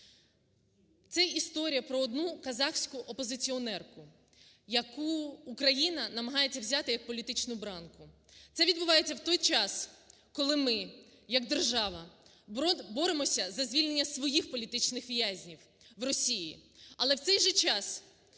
Це історія про одну казахську опозиціонерку, яку Україна намагається взяти як політичну бранку. Це відбувається в той час, коли ми як держава боремося за звільнення своїх політичних в'язнів у Росії. Але в цей же час